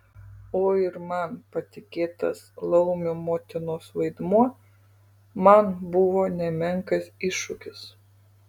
o ir man patikėtas laumių motinos vaidmuo man buvo nemenkas iššūkis